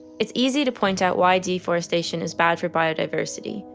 it's easy to point out why deforestation is bad for biodiversity,